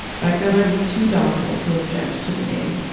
back then, i was too docile to object to the name.